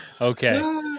Okay